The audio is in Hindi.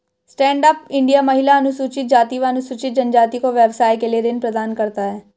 स्टैंड अप इंडिया महिला, अनुसूचित जाति व अनुसूचित जनजाति को व्यवसाय के लिए ऋण प्रदान करता है